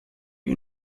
you